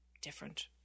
different